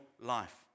life